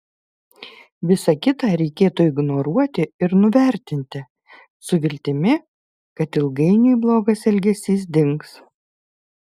visa kita reikėtų ignoruoti ir nuvertinti su viltimi kad ilgainiui blogas elgesys dings